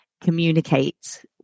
communicate